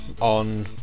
on